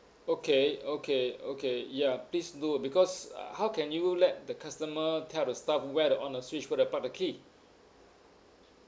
okay okay okay ya please do because how can you let the customer tell the staff where to on the switch where to put the key